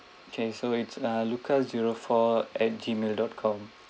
okay so it's uh lucas zero four at G mail dot com